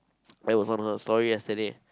I was on her story yesterday